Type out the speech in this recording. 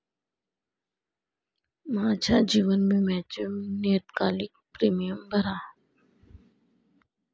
माझ्या जीवन विम्याचे नियतकालिक प्रीमियम भरा